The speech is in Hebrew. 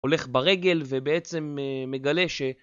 הולך ברגל ובעצם מגלה ש...